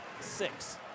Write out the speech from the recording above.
six